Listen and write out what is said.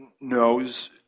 knows